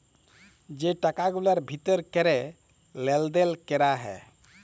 যে টাকা গুলার ভিতর ক্যরে লেলদেল ক্যরা হ্যয়